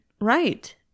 Right